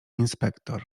inspektor